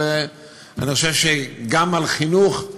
אבל אני חושב שגם על חינוך,